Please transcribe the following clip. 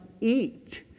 eat